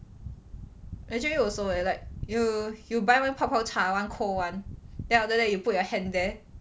actually also leh like you you buy one 泡泡茶 one cold [one] then after that you put your hand there